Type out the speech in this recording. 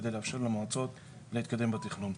על מנת לאפשר למועצות להתקדם בתכנון.